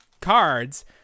cards